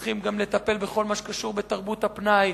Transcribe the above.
צריכים גם לטפל בכל מה שקשור בתרבות הפנאי,